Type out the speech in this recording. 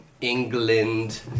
England